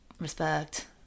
Respect